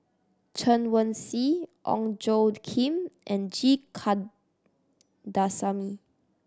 Chen Wen Hsi Ong Tjoe Kim and G Kandasamy